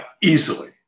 easily